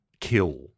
kill